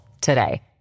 today